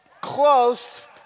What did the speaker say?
close